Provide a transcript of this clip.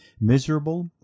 miserable